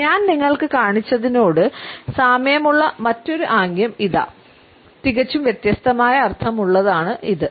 ഞാൻ നിങ്ങൾക്ക് കാണിച്ചതിനോട് സാമ്യമുള്ള മറ്റൊരു ആംഗ്യം ഇതാ തികച്ചും വ്യത്യസ്തമായ അർത്ഥമുള്ളതാണ് ഇത്